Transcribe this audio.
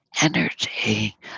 energy